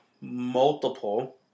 multiple